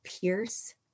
pierce